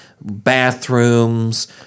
bathrooms